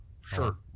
sure